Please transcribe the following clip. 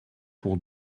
pour